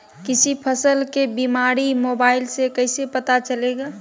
किसी फसल के बीमारी मोबाइल से कैसे पता चलेगा?